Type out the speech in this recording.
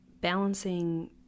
balancing